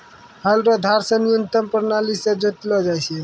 हल रो धार से न्यूतम प्राणाली से जोतलो जाय छै